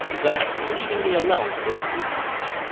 thus leaving me alone for a few moments.